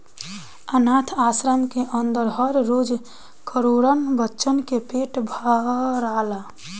आनाथ आश्रम के अन्दर हर रोज करोड़न बच्चन के पेट भराला